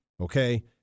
okay